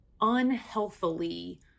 unhealthily